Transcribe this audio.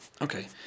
Okay